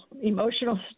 emotional